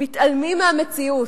מתעלמים מהמציאות.